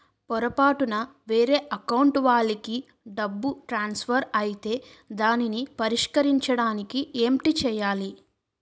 పొరపాటున వేరే అకౌంట్ వాలికి డబ్బు ట్రాన్సఫర్ ఐతే దానిని పరిష్కరించడానికి ఏంటి చేయాలి?